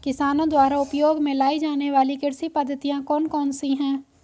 किसानों द्वारा उपयोग में लाई जाने वाली कृषि पद्धतियाँ कौन कौन सी हैं?